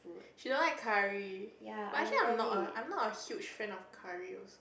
she don't like curry but actually I'm not a I'm not a huge fan of curry also